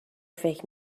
فکر